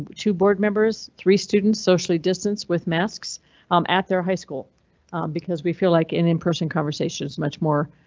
to board members. three students socially distance with masks um at their high school because we feel like an in person conversation is much more.